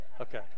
Okay